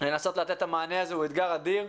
לנסות לתת את המענה הזה, הוא אתגר אדיר.